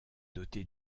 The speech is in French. dotée